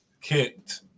kicked